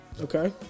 Okay